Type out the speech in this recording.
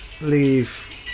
Leave